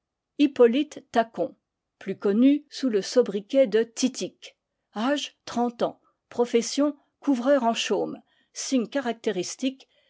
hippolyte tacon plus connu sous le sobriquet de titik âge trente ans profession couvreur en chaume signes caractéristiques